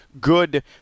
good